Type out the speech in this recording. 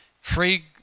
Free